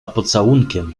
pocałunkiem